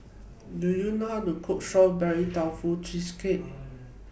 Do YOU know How to Cook Strawberry Tofu Cheesecake